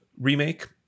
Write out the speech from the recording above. remake